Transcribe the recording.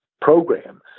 program